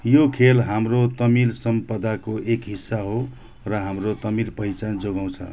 यो खेल हाम्रो तमिल सम्पदाको एक हिस्सा हो र हाम्रो तमिल पहिचान जोगाउँछ